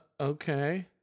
Okay